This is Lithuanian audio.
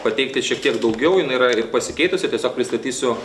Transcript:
pateikti šiek tiek daugiau jinai yra ir pasikeitusi tiesiog pristatysiu